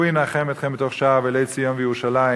הוא ינחם אתכם בתוך שאר אבלי ציון וירושלים,